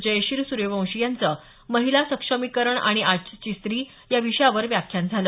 जयश्री सूर्यवंशी यांचं महिला सक्षमीकरण आणि आजची स्त्री या विषयावर व्याख्यान झालं